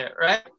right